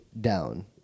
down